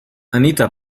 anita